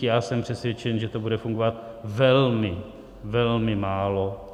Já jsem přesvědčen, že to bude fungovat velmi, velmi málo.